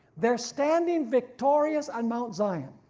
they are standing victorious on mount zion,